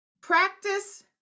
practice